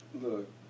Look